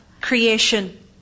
creation